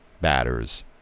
batters